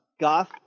goth